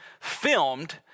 filmed